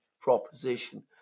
proposition